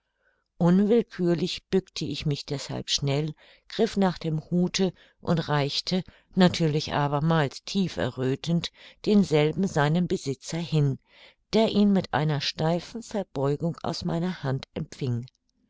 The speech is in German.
unwillkürlich bückte ich mich deshalb schnell griff nach dem hute und reichte natürlich abermals tief erröthend denselben seinem besitzer hin der ihn mit einer steifen verbeugung aus meiner hand empfing